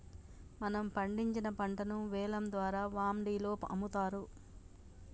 మనం పండించిన పంటను వేలం ద్వారా వాండిలో అమ్ముతారు